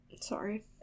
Sorry